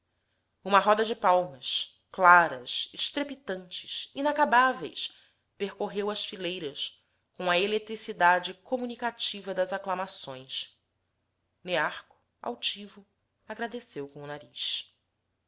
uma roda de palmas claras estrepitantes inacabáveis percorreu as fileiras com a eletricidade comunicativa das aclamações nearco altivo agradeceu com o nariz